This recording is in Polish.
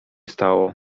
stało